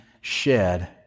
shed